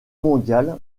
mondial